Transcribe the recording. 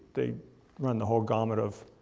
they run the whole gamut of,